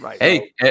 Hey